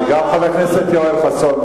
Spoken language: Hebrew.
וגם חבר הכנסת יואל חסון,